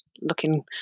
looking